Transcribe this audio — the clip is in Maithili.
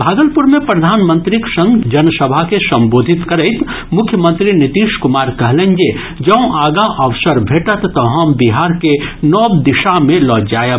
भागलपुर मे प्रधानमंत्रीक संग जनसभा के संबोधित करैत मुख्यमंत्री नीतीश कुमार कहलनि जे जों आगां अवसर भेटत तऽ हम बिहार के नव दिशा मे लऽ जायब